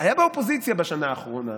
היה באופוזיציה בשנה האחרונה,